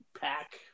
pack